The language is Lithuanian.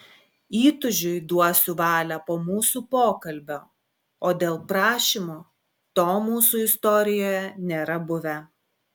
įtūžiui duosiu valią po mūsų pokalbio o dėl prašymo to mūsų istorijoje nėra buvę